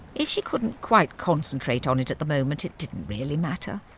if she couldn't quite concentrate on it at the moment, it didn't really matter.